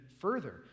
further